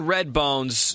Redbones